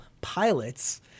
pilots